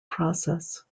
process